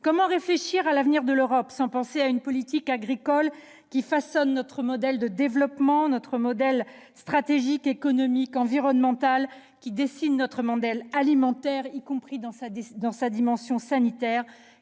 Comment réfléchir à l'avenir de l'Europe sans penser à une politique agricole qui façonne notre modèle de développement, aussi bien sur les plans stratégique, économique et environnemental, qui dessine notre modèle alimentaire, y compris dans sa dimension sanitaire,